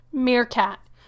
meerkat